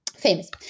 Famous